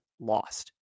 lost